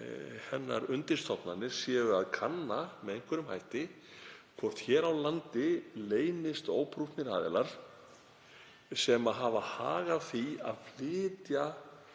hennar undirstofnanir séu að kanna með einhverjum hætti hvort hér á landi leynist óprúttnir aðilar sem hafi hag af því að flytja